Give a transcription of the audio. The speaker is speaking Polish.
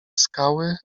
skały